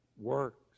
works